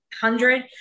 hundred